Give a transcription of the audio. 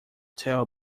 tell